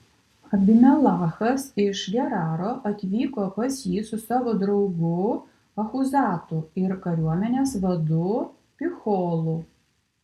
abimelechas iš geraro atvyko pas jį su savo draugu achuzatu ir kariuomenės vadu picholu